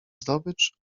zdobycz